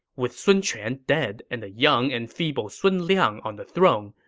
with sun quan dead and the young and feeble sun liang on the throne,